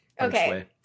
Okay